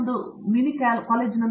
ಪ್ರತಾಪ್ ಹರಿಡೋಸ್ mini college